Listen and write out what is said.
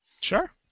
Sure